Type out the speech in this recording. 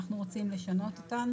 אנחנו רוצים לשנות אותן